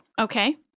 okay